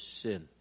sin